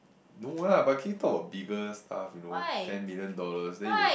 no lah but can you talk about bigger stuff you know ten million dollars then you